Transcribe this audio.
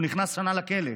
הוא נכנס לשנה לכלא,